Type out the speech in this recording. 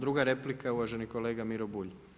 Druga replika, uvaženi kolega Miro Bulj.